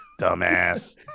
Dumbass